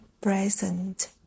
present